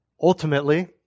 Ultimately